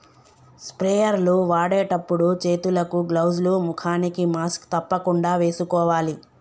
sprayer లు వాడేటప్పుడు చేతులకు గ్లౌజ్ లు, ముఖానికి మాస్క్ తప్పకుండా వేసుకోవాలి